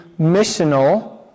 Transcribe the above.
missional